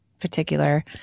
particular